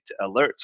alerts